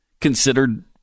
considered